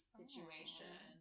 situation